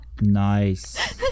Nice